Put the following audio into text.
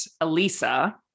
Elisa